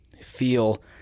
feel